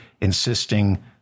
insisting